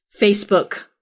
Facebook